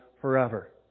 forever